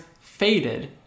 faded